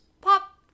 Pop